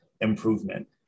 improvement